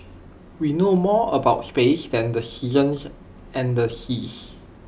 we know more about space than the seasons and the seas